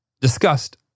discussed